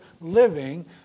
living